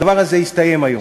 הדבר הזה הסתיים היום.